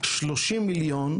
30 מיליון,